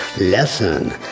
Lesson